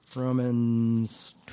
Romans